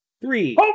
Three